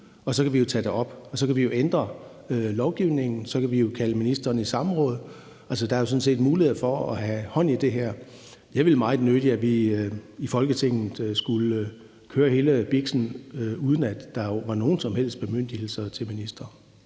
og så kan vi tage det op. Vi kan jo ændre lovgivningen, og vi kan kalde ministeren i samråd. Altså, der er jo sådan set mulighed for at have hånd i hanke med det her. Jeg vil meget nødig, at vi i Folketinget skulle køre hele biksen, uden at der var nogen som helst bemyndigelser til ministre.